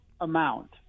amount